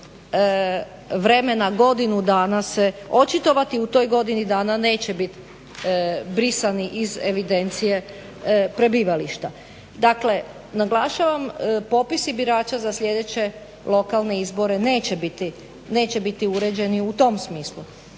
vremena godinu dana se očitovati. U toj godini dana neće bit brisani iz evidencije prebivališta. Dakle, naglašavam. Popisi birača za sljedeće lokalne izbore neće biti uređeni u tom smislu.